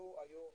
ברוסיה.